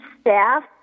staff